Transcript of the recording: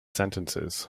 sentences